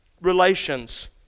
relations